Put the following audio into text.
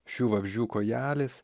šių vabzdžių kojelės